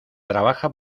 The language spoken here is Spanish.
trabaja